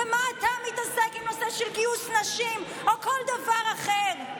ומה אתה מתעסק בנושא של גיוס נשים או כל דבר אחר?